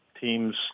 teams